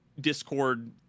discord